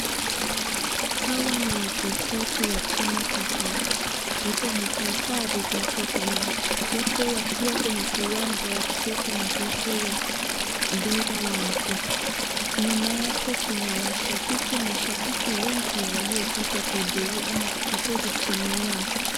Hawa ni wachezaji wa timu tofauti wote wamevaa sare zilizofanana wote wakiwa kwenye kiwanja wakicheza michezo ya mpira wa mguu nyuma yake kuna washabiki mashabiki wengi waliokuja kuhudhuria ama kusapoti timu yao.